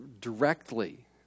directly